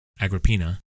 Agrippina